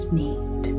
need